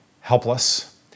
helpless